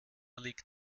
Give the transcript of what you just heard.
liegt